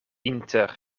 inter